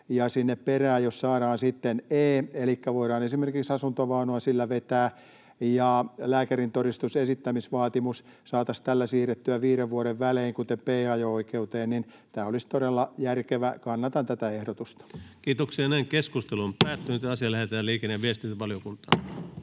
jos sinne perään saadaan sitten E, elikkä voidaan esimerkiksi asuntovaunua sillä vetää, ja lääkärintodistuksen esittämisvaatimus saataisiin tällä siirrettyä viiden vuoden välein, kuten B-ajo-oikeudessa, niin tämä olisi todella järkevää. Kannatan tätä ehdotusta. Lähetekeskustelua varten esitellään päiväjärjestyksen